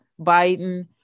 Biden